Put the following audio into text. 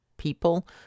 people